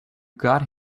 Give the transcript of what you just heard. got